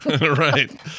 Right